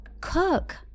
cook